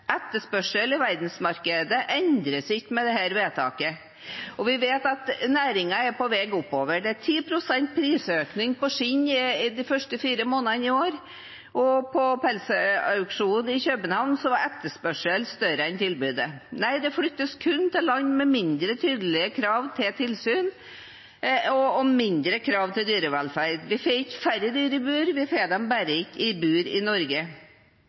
Etterspørselen i verdensmarkedet endrer seg ikke med dette vedtaket, og vi vet at næringen er på vei oppover. Det var 10 pst. prisøkning på skinn de fire første månedene i år, og på pelsauksjonen i København var etterspørselen større enn tilbudet. Nei, det flyttes kun til land med mindre tydelige krav til tilsyn og mindre krav til dyrevelferd. Vi får ikke færre dyr i bur, vi får dem bare ikke i bur i Norge.